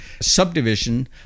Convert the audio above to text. subdivision